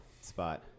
spot